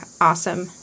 awesome